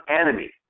enemy